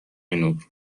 نور